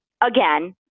again